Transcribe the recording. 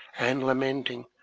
and lamenting,